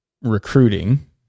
recruiting